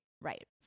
Right